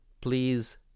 please